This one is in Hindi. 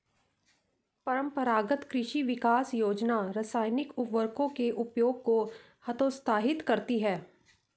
परम्परागत कृषि विकास योजना रासायनिक उर्वरकों के उपयोग को हतोत्साहित करती है